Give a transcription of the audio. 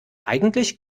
eigentlich